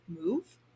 move